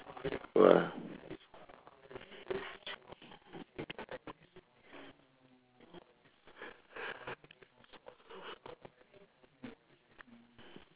!wah!